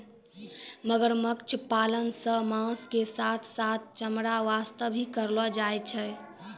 मगरमच्छ पालन सॅ मांस के साथॅ साथॅ चमड़ा वास्तॅ ही करलो जाय छै